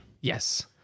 Yes